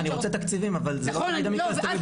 אני רוצה תקציבים, אבל זה לא תמיד תלוי בחולה.